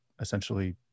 essentially